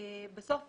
בסוף,